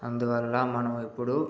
అందువల్ల మనము ఎప్పుడు